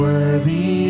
Worthy